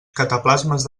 cataplasmes